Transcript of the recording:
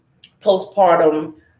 postpartum